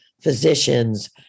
physicians